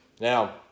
Now